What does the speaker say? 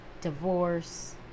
divorce